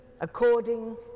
according